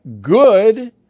good